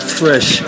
fresh